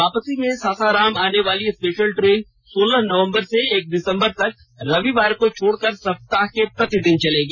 वापसी में सासाराम आने वाली स्पेशल ट्रेन सोलह नवंबर से एक दिसंबर तक रविवार को छोड़कर सप्ताह के प्रतिदिन चलेगी